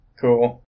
cool